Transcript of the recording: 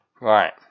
Right